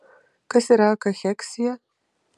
kas yra kacheksija